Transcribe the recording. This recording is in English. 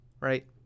right